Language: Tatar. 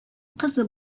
кызы